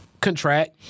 contract